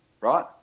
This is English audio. right